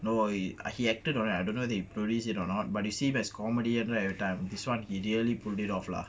no he acted on it I don't know if he produced it or not but you see him as comedian right this [one] he nearly pull it off lah